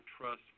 trust